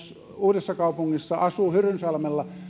uudessakaupungissa ja asuu hyrynsalmella